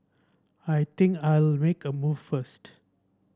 I think I'll make a move first